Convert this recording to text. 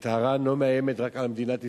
שטהרן לא מאיימת רק על מדינת ישראל.